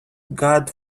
god